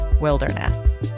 wilderness